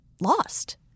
lost